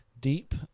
deep